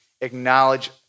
acknowledge